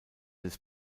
des